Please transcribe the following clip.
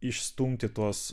išstumti tuos